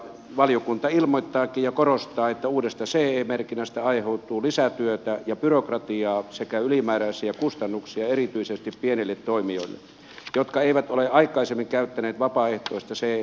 valiokunta ilmoittaakin ja korostaa että uudesta ce merkinnästä aiheutuu lisätyötä ja byrokratiaa sekä ylimääräisiä kustannuksia erityisesti pienille toimijoille jotka eivät ole aikaisemmin käyttäneet vapaaehtoista ce merkintää